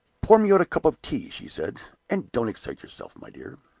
pour me out a cup of tea, she said and don't excite yourself, my dear.